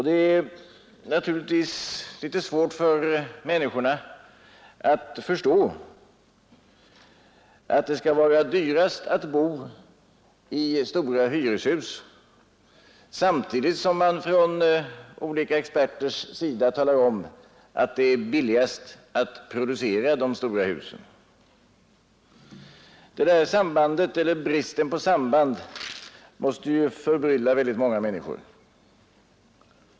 Det är naturligtvis litet svårt för människorna att förstå att det skall vara dyrare att bo i stora hyreshus samtidigt som olika experter talar om att det är billigast att producera de stora husen. Denna brist på samband måste förbrylla väldigt många människor.